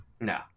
No